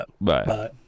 Bye